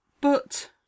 But